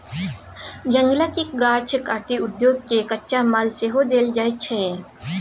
जंगलक गाछ काटि उद्योग केँ कच्चा माल सेहो देल जाइ छै